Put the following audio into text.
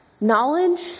Knowledge